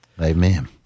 Amen